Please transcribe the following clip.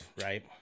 right